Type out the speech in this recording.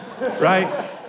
right